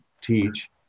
teach